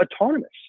autonomous